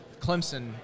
Clemson